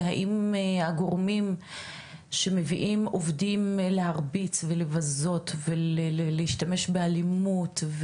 והאם הגורמים שמביאים עובדים להרביץ ולבזות ולהשתמש באלימות,